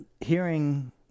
hearing